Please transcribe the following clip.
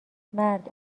مرد